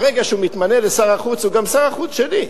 ברגע שהוא מתמנה לשר החוץ הוא גם שר החוץ שלי,